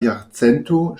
jarcento